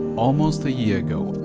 almost a year ago,